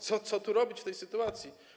Co tu robić w tej sytuacji?